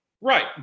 Right